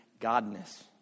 godness